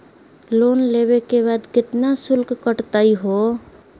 Loan लेवे के बाद केतना शुल्क कटतही हो?